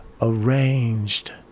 arranged